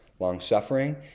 long-suffering